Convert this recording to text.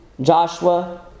Joshua